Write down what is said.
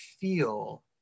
feel